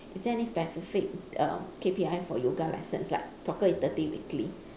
is there any specific err K_P_I for yoga lessons like soccer is thirty weekly